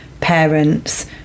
parents